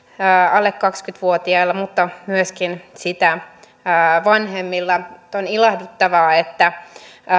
alle kaksikymmentä vuotiailla mutta myöskin sitä vanhemmilla on ilahduttavaa että